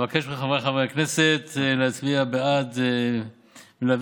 אבקש מחבריי חברי הכנסת להצביע בעד ולהעביר